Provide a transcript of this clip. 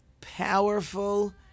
powerful